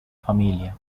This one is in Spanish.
familia